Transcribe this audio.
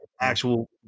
Actual